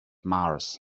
mars